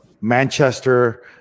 Manchester